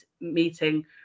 meeting